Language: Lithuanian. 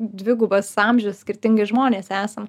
dvigubas amžius skirtingi žmonės esam